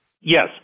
Yes